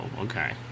okay